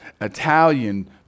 Italian